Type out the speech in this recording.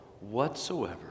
whatsoever